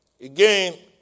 again